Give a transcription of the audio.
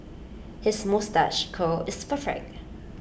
his moustache curl is perfect